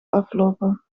aflopen